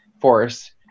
force